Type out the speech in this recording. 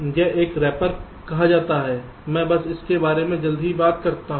यह एक रेपर कहा जाता है मैं बस इसके बारे में जल्द ही बात करता हूं